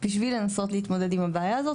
בשביל לנסות להתמודד עם הבעיה הזאת.